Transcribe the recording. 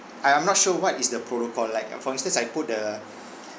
I I'm not sure what is the protocol like for instance I put the